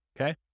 Okay